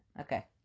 Okay